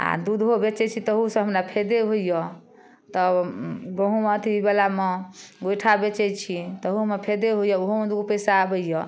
आओर दूधो बेचै छी तहूसँ हमरा फायदे होइए तऽ गहुम अथीवला मे गोइठा बेचय छी तहूमे फायदे होइए ओहूमे दूगो पैसा आबैये